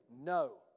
no